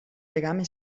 legame